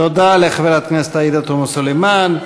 תודה לחברת הכנסת עאידה תומא סלימאן.